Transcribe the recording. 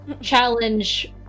challenge